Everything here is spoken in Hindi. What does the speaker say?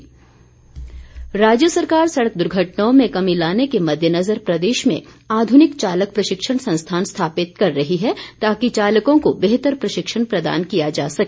गोविन्द राज्य सरकार सड़क दुर्घटनाओं में कमी लाने के मद्देनजर प्रदेश में आधुनिक चालक प्रशिक्षण संस्थान स्थापित कर रही है ताकि चालकों को बेहतर प्रशिक्षण प्रदान किया जा सके